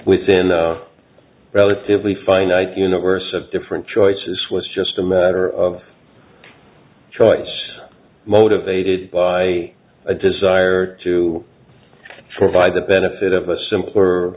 within a relatively finite universe of different choices was just a matter of choice motivated by a desire to provide the benefit of a simpler